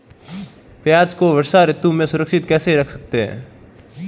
प्याज़ को वर्षा ऋतु में सुरक्षित कैसे रख सकते हैं?